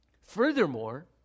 Furthermore